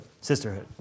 sisterhood